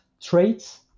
traits